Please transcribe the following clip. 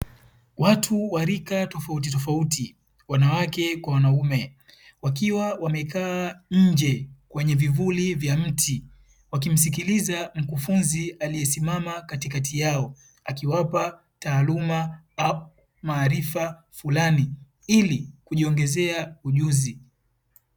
Watu wa rika tofautitofauti, wanawake kwa wanaume wakiwa wamekaa nje kwenye vivuli vya mti wakimsikiliza mkufunzi aliyesimama katikati yao akiwapa taaluma au maarifa fulani ili kujiongezea ujuzi.